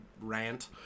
rant